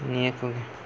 ᱱᱤᱭᱟᱹ ᱠᱚᱜᱮ